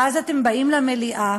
ואז אתם באים למליאה